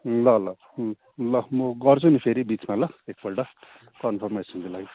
ल ल म गर्छु नि फेरि बिचमा ल एकपल्ट कन्फर्मेसनको लागि